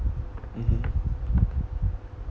mmhmm